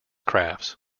crafts